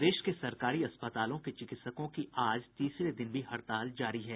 प्रदेश के सरकारी अस्पतालों के चिकित्सकों की आज तीसरे दिन भी हड़ताल जारी है